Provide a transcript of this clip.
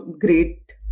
great